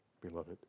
beloved